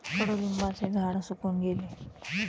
कडुलिंबाचे झाड सुकून गेले